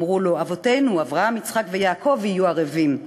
אמרו לו: אבותינו, אברהם, יצחק ויעקב יהיו ערבים.